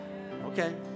Okay